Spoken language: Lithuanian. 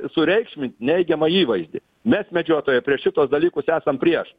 sureikšmint neigiamą įvaizdį mes medžiotojai prieš šituos dalykus esam prieš